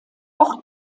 ort